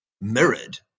mirrored